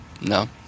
No